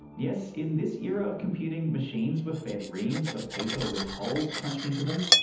yes, in this era of computing, machines were fed reams of paper with holes punched into them,